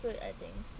good I think